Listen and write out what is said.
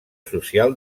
social